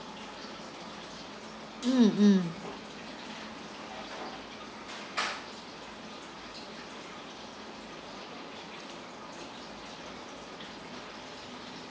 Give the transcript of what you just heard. mm